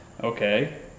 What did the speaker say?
Okay